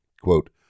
Quote